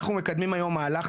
אנחנו מקדמים היום מהלך,